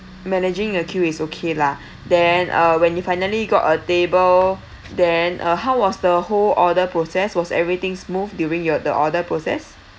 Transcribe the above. managing a queue is okay lah then uh when you finally got a table then uh how was the whole order process was everything smooth during your the order process